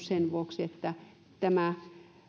sen vuoksi että tämä